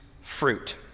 fruit